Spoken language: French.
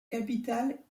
capitale